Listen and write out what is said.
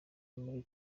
muri